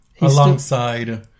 Alongside